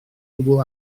gwbl